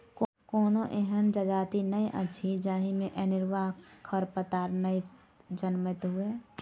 कोनो एहन जजाति नै अछि जाहि मे अनेरूआ खरपात नै जनमैत हुए